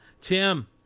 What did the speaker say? Tim